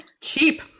cheap